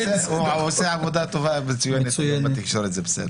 הוא עושה עבודה מצוינת בתקשורת, זה בסדר.